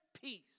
peace